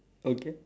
okay